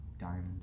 diamond